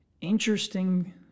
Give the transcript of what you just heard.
interesting